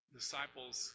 disciples